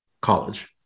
college